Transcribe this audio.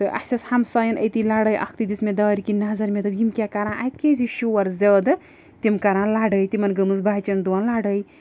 تہٕ اَسہِ ٲس ہمسایَن أتی لَڑٲے اَکھتُے دِژ مےٚ دارِ کِنۍ نَظر مےٚ دوٚپ یِم کیٛاہ کَران اَتہِ کیٛازِ یہِ شور زیادٕ تِم کَران لَڑٲے تِمَن گٔمٕژ بَچَن دۄن لَڑٲے